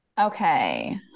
okay